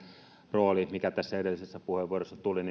rooli mikä tässä edellisessä puheenvuorossa tuli